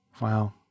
Wow